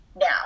now